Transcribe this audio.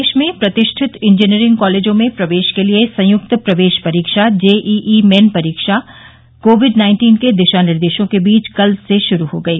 देश में प्रतिष्ठित इंजीनियरिंग कॉलेजों में प्रवेश के लिए संयुक्त प्रवेश परीक्षा जेईई मेन परीक्षा कोविड नाइंटीन के दिशा निर्देशों के बीच कल से शुरू हो गई